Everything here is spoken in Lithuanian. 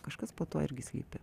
kažkas po tuo irgi slypi